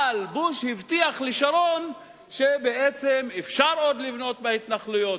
אבל בוש הבטיח לשרון שבעצם אפשר עוד לבנות בהתנחלויות.